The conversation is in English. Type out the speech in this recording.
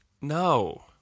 No